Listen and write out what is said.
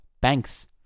banks